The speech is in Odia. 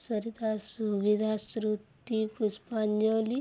ସରିତା ସୁବିଧା ଶୃତି ପୁଷ୍ପାଞ୍ଜଳି